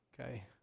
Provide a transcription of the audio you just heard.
okay